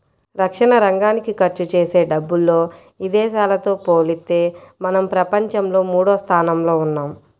రక్షణరంగానికి ఖర్చుజేసే డబ్బుల్లో ఇదేశాలతో పోలిత్తే మనం ప్రపంచంలో మూడోస్థానంలో ఉన్నాం